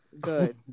Good